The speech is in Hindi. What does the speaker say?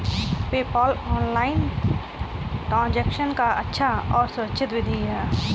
पेपॉल ऑनलाइन ट्रांजैक्शन का अच्छा और सुरक्षित विधि है